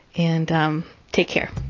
and um take care